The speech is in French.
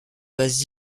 base